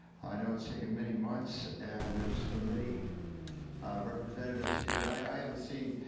i know it's taken many months and there's been many representatives here and i haven't seen,